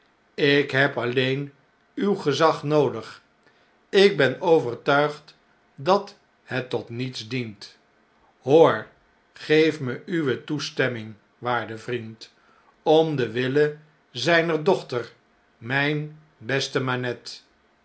ik heb alleen uw gezag noodig ik ben overtuigd dat het tot niets dient hoor geef me uwe toestemming waarde vriend om den wille zjjner dochter mgn beste manette